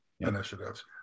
initiatives